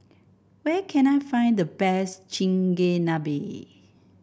where can I find the best Chigenabe